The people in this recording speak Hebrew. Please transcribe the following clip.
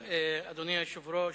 אדוני היושב-ראש,